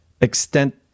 extent